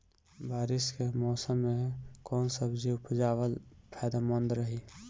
बारिश के मौषम मे कौन सब्जी उपजावल फायदेमंद रही?